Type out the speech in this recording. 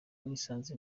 nisanze